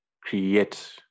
create